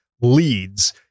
leads